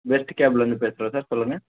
best கேப்லேருந்து பேசுகிறேன் sir சொல்லுங்க